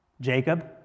Jacob